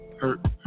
hurt